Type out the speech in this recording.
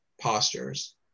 postures